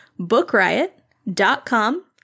bookriot.com